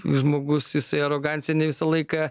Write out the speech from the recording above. žmogus jisai arogancija ne visą laiką